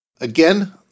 Again